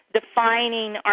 defining